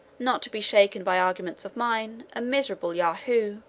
not to be shaken by arguments of mine, a miserable yahoo